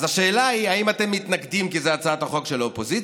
אז השאלה היא אם אתם מתנגדים כי זו הצעת חוק של האופוזיציה,